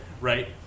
right